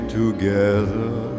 together